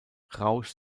rausch